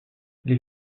les